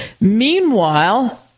Meanwhile